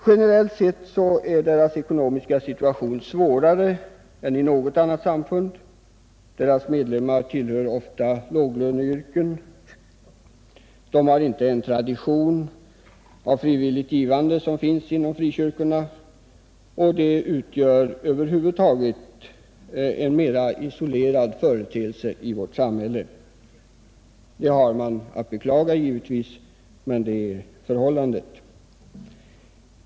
Generellt sett är deras ekonomiska situation svårare än något annat samfunds. Deras medlemmar tillhör ofta låglöneyrken. De har inte en tradition av frivilligt givande som finns inom frikyrkorna, och de utgör över huvud taget en mera isolerad företeelse i vårt samhälle. Det måste man givetvis beklaga, men förhållandet är så.